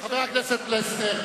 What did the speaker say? חבר הכנסת פלסנר,